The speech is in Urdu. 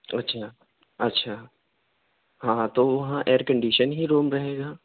اچھا اچھا ہاں تو وہاں ایئرکنڈیشن ہی روم رہے گا